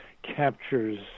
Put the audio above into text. captures